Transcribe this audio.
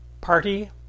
Party